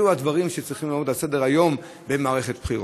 אלו הדברים שצריכים לעמוד על סדר-היום במערכת בחירות.